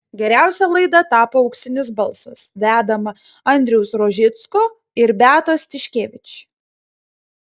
geriausia laida tapo auksinis balsas vedama andriaus rožicko ir beatos tiškevič